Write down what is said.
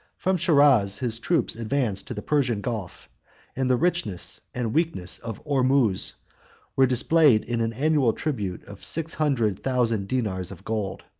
from shiraz, his troops advanced to the persian gulf and the richness and weakness of ormuz were displayed in an annual tribute of six hundred thousand dinars of gold.